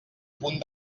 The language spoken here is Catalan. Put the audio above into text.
punt